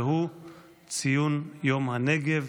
ציון יום הנגב.